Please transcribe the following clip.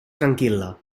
tranquil·la